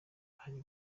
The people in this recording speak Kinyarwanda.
hari